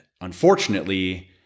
unfortunately